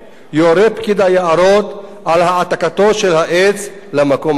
יורה פקיד היערות על העתקתו של העץ למקום אחר.